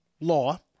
law